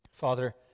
Father